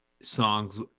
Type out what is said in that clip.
songs